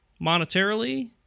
monetarily